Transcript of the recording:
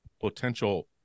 potential